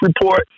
report